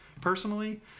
personally